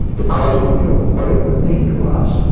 because we knew what it would mean to us.